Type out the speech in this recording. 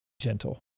gentle